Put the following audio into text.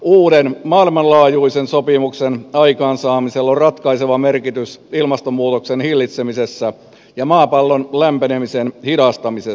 uuden maailmanlaajuisen sopimuksen aikaansaamisella on ratkaiseva merkitys ilmastonmuutoksen hillitsemisessä ja maapallon lämpenemisen hidastamisessa